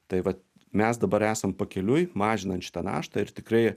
tai vat mes dabar esam pakeliui mažinant šitą naštą ir tikrai